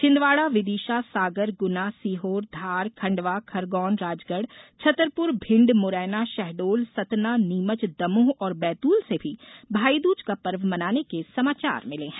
छिंदवाड़ा विदिशा सागर गुना सीहोर धारखंडवा खरगोनराजगढ़ छतरपुर भिंड मुरैना शहडोल सतना नीमच दमोह और बैतूल से भी भाईदूज का पर्व मनाने के समाचार मिले हैं